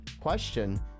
question